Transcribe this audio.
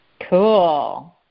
Cool